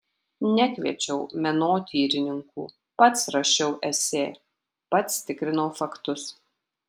nekviečiau menotyrininkų pats rašiau esė pats tikrinau faktus